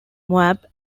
moab